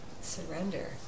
Surrender